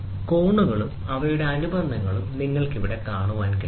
കോണുകളും അവയുടെ അനുബന്ധങ്ങളും നിങ്ങൾക്ക് ഇവിടെ കാണാൻ കഴിയും